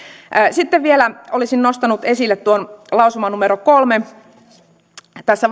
sitten vielä olisin nostanut esille lausuman numero kolmessa tässä